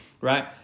right